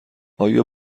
آیا